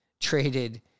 traded